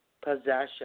possession